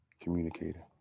communicator